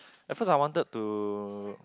at first I wanted to